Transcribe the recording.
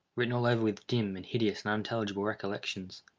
written all over with dim, and hideous, and unintelligible recollections.